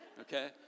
Okay